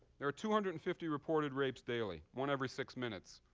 there are two hundred and fifty reported rapes daily, one every six minutes,